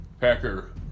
Packer